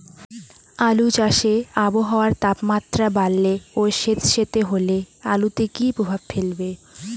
আলু চাষে আবহাওয়ার তাপমাত্রা বাড়লে ও সেতসেতে হলে আলুতে কী প্রভাব ফেলবে?